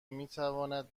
میتواند